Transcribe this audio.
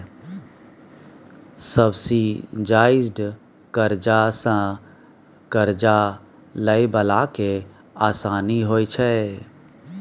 subsidised करजा सँ करजा लए बला केँ आसानी होइ छै